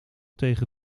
tegen